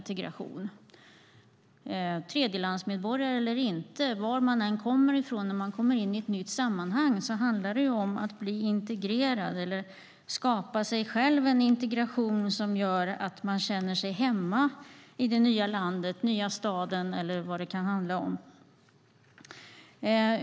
Tredjelandsmedborgare eller inte, var man än kommer ifrån när man kommer in i ett nytt sammanhang handlar det om att bli integrerad eller att själv skapa sig en integration som gör att man känner sig hemma i det nya landet, i den nya staden eller vad det kan handla om.